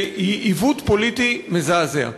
שהיא עיוות פוליטי מזעזע.